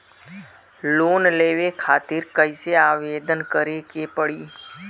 Loan लेवे खातिर कइसे आवेदन करें के पड़ी?